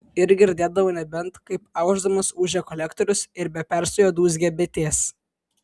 ir girdėdavau nebent kaip aušdamas ūžia kolektorius ir be perstojo dūzgia bitės